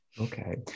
okay